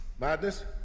Madness